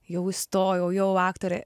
jau įstojau jau aktorė